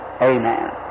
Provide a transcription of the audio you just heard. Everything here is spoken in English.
amen